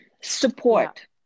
Support